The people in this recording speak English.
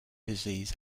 disease